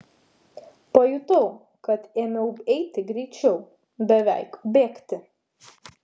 pajutau kad ėmiau eiti greičiau beveik bėgti